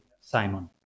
Simon